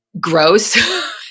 gross